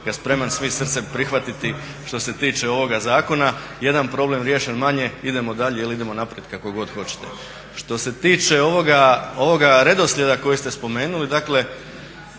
ga spreman svim srcem prihvatiti što se tiče ovoga zakona. Jedan problem riješen manje, idemo dalje ili idemo naprijed kako god hoćete. Što se tiče ovoga redoslijeda koji ste spomenuli, dakle